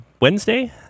Wednesday